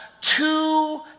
two